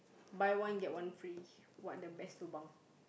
buy one get one free what the best lobang